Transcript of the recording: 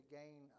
gain